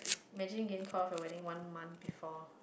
imagine didn't call of your wedding one month before